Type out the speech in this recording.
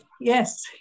yes